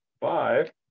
five